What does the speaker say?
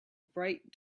bright